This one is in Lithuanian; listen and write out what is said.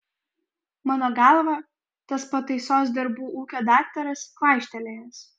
mano galva tas pataisos darbų ūkio daktaras kvaištelėjęs